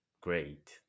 great